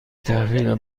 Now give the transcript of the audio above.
تحویل